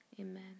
amen